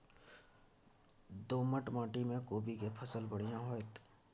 दोमट माटी में कोबी के फसल बढ़ीया होतय?